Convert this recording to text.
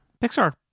pixar